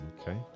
okay